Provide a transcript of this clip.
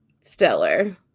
stellar